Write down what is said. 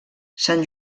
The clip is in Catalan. sant